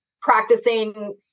practicing